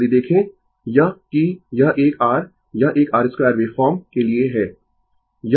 यदि देखें यह कि यह एक r यह एक r2 वेवफॉर्म के लिए है